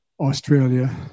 Australia